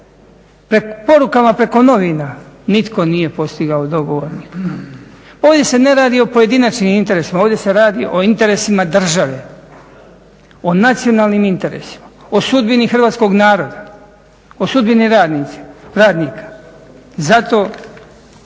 Porukama preko novina nitko nije postigao dogovor. Pa ovdje se ne radi o pojedinačnim interesima, ovdje se radi o interesima države, o nacionalnim interesima, o sudbini hrvatskog naroda, o sudbini radnika. Zato